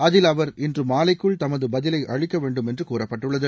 அதில் அவர் இன்று மாலைக்குள் தமது பதிலை அளிக்க வேண்டும் என்று கூறப்பட்டுள்ளது